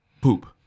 poop